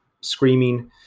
Screaming